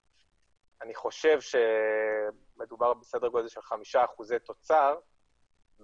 אני חושב שמדובר בסדר גודל של 5% תוצר בעוד